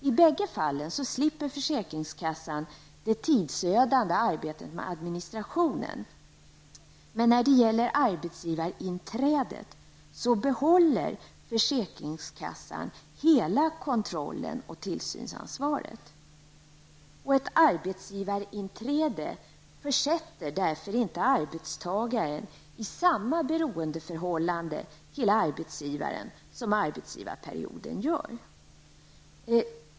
I bägge fallen slipper försäkringskassan det tidsödande arbetet med administrationen, men när det gäller arbetsgivarinträdet så behåller försäkringskassan hela kontrollen och tillsynsansvaret. Ett arbetsgivarinträde i sjukförsäkringen försätter inte arbetstagaren i samma beroendeförhållande till arbetsgivaren som arbetsgivarperioden gör.